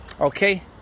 okay